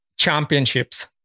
championships